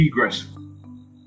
degressive